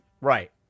Right